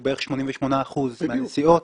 הוא בערך 88% מהנסיעות,